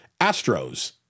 Astros